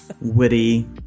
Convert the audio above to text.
Witty